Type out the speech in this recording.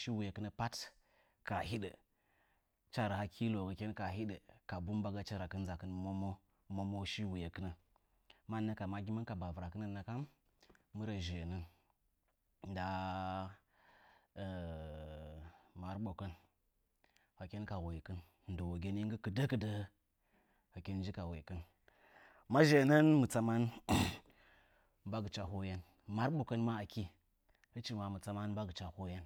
shɨ wuyekɨnə pət kəhə hudə, hɨchə rə həkkɨlonwo gəkɨn kəhə hɨdə, kəɓu mɓəgəchə nzəkɨm mwə mo shɨwuyekɨnə, mənnəkəm məgɨmon kə ɓəvɨrəckɨnən nəkəm mɨ rə zhəəmən ndə mərɨɓokən hɨkɨn kə wəɨkɨn, ndəwogɨnɨ nggɨ kɨdəkɨdə hə hɨkɨn kə woɨkɨn, mə zhəənən hɨm tsəmən mɓəgɨchə hoyen, mərɨɓo kən məə əkɨ, hɨchɨməə mɨ tsəmən mɓəgɨcho hoyen,